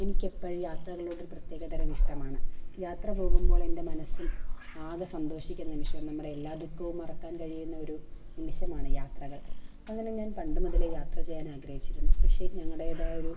എനിക്കെപ്പോഴും യാത്രകളോടൊരു പ്രത്യേകതരം ഇഷ്ടമാണ് യാത്ര പോകുമ്പോളെന്റെ മനസ്സിൽ ആകെ സന്തോഷിക്കുന്ന നിമിഷം നമ്മുടെയെല്ലാ ദുഃഖവും മറക്കാൻ കഴിയുന്നൊരു നിമിഷമാണ് യാത്രകൾ അങ്ങനെ ഞാൻ പണ്ട് മുതലേ യാത്ര ചെയ്യാൻ ആഗ്രഹിച്ചിരുന്നു പക്ഷെ ഞങ്ങളുടേതായൊരു